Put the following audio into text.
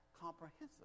comprehensive